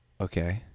Okay